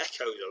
echoed